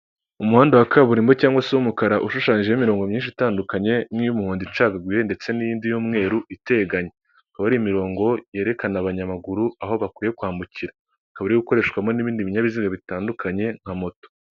Umuhanda wa kaburimbo cyangwa se w'umukara ushushanyijeho imirongo myinshi itandukanye n'iy'umuhodo icagaguye ndetse n'iyindi y'umweru iteganye, ikaba ari imirongo yerekana abanyamaguru aho bakwiye kwambukira, ikaba iri gukoreshwamo n'ibindi binyabiziga bitandukanye nka moto.